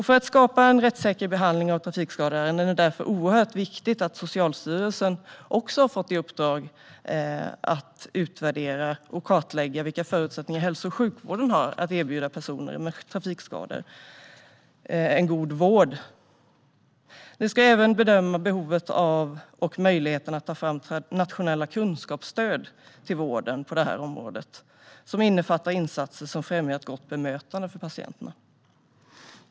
För att skapa en rättssäker behandling av trafikskadade är det därför oerhört viktigt att Socialstyrelsen har fått i uppdrag att utvärdera och kartlägga vilka förutsättningar hälso och sjukvården har för att erbjuda personer med trafikskador en god vård. Man ska även bedöma behovet av och möjligheten att ta fram nationella kunskapsstöd till vården på det här området, vilket skulle innefatta insatser som främjar ett gott bemötande av patienterna.